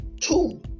two